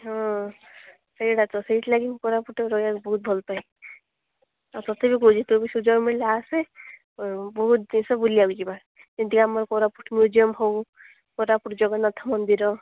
ହଁ ସେଇଟା ତ ସେଇଥିଲାଗି ମୁଁ କୋରାପୁଟରେ ରହିବାକୁ ବହୁତ ଭଲପାଏ ଲାଗେ ଆଉ ତତେ ବି କୋହୁଛି ତୁ ବି ସୁଯୋଗ ମିଳିଲେ ଆସେ ବହୁତ ଜିନିଷ ବୁଲିବାକୁ ଯିବା ଯେମିତି କି ଆମର କୋରାପୁଟ ମ୍ୟୁଜିୟମ୍ ହୋଉ କୋରାପୁଟ ଜଗନ୍ନାଥ ମନ୍ଦିର